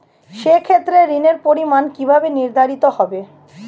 সে ক্ষেত্রে ঋণের পরিমাণ কিভাবে নির্ধারিত হবে?